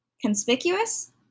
Conspicuous